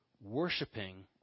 worshipping